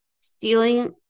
Stealing